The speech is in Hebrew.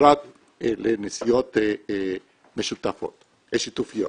ובפרט לנסיעות שיתופיות.